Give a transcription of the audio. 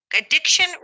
addiction